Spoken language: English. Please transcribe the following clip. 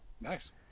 Nice